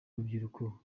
urubyiruko